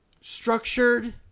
structured